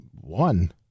One